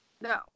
No